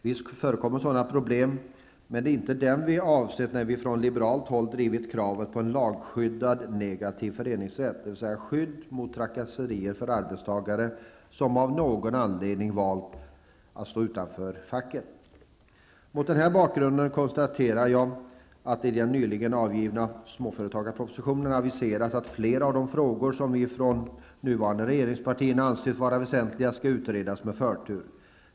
Visst förekommer sådana problem, men det är inte dem vi har avsett när vi från liberalt håll har drivit kravet på en lagskyddad negativ föreningsrätt, dvs. skydd mot trakasserier för arbetstagare som av någon anledning har valt att stå utanför facket. Mot denna bakgrund konstaterar jag att det i den nyligen avgivna småföretagarpropositionen aviseras att flera av de frågor som vi från de nuvarande regeringspartierna har ansett vara väsentliga skall utredas med förtur.